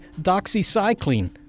doxycycline